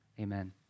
amen